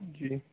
جی